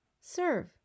Serve